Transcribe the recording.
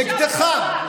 נגדך,